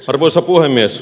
arvoisa puhemies